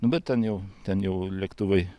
nu bet ten jau ten jau lėktuvai